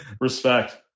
Respect